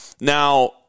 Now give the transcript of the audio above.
now